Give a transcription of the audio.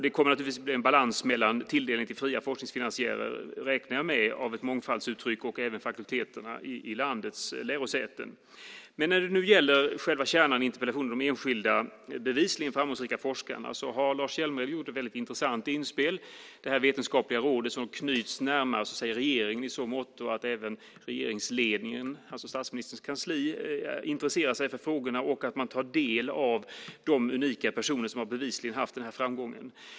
Det kommer att bli en balans mellan tilldelning till fria forskningsfinansiärer av ett mångfaldsuttryck, och det även till fakulteterna i landets lärosäten. När det nu gäller själva kärnan i interpellationen om de enskilda bevisligen framgångsrika forskarna har Lars Hjälmered gjort ett väldigt intressant inspel. Det är ett vetenskapligt råd som knyts närmare regeringen i så måtto att även regeringsledningen, det vill säga statsministerns kansli, intresserar sig för frågorna och att man tar del av kunskapen hos de unika personer som bevisligen har haft den här framgången.